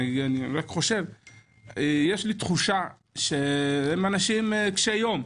אך יש לי תחושה שהם אנשי קשיי יום.